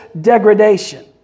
degradation